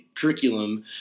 curriculum